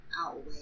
outweigh